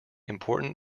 important